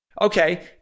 okay